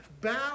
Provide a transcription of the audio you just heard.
bow